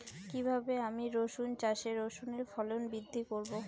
কীভাবে আমি রসুন চাষে রসুনের ফলন বৃদ্ধি করব?